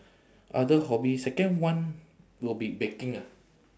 other hobby second one will be baking ah